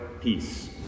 peace